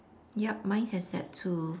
yup mine has that too